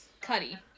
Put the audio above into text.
Cuddy